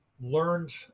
learned